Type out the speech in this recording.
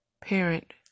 parent